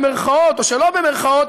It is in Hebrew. במירכאות או שלא במירכאות,